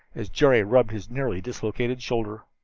as jerry rubbed his nearly dislocated shoulder.